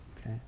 Okay